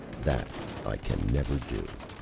that i can never do.